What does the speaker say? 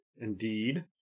indeed